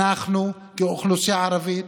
אנחנו באוכלוסייה הערבית